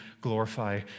glorify